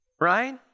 right